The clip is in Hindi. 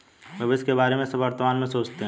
भविष्य के बारे में सब वर्तमान में सोचते हैं